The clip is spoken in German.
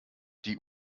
die